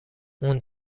اون